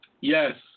Yes